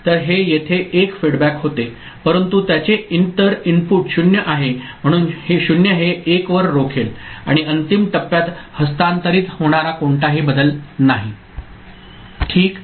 तर हे येथे 1 फेडबॅक होते परंतु त्याचे इतर इनपुट 0 आहे म्हणून 0 हे 1 वर रोखेल आणि अंतिम टप्प्यात हस्तांतरित होणारा कोणताही बदल नाही ठीक